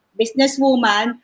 businesswoman